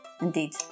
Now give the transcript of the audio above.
Indeed